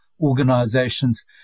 organizations